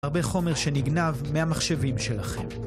הרבה חומר שנגנב מהמחשבים שלכם